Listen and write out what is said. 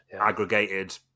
aggregated